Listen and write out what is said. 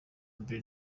mbere